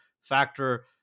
factor